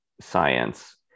science